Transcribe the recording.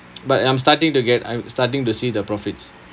but I'm starting to get I'm starting to see the profits